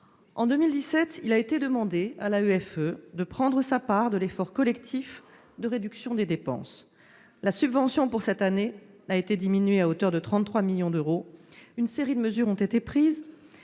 En 2017, il a été demandé à l'AEFE de prendre sa part de l'effort collectif de réduction des dépenses. La subvention pour cette année a été diminuée à hauteur de 33 millions d'euros. Une série de mesures ont été prises.